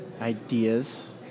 ideas